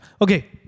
okay